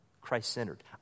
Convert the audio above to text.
Christ-centered